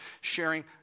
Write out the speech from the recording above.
sharing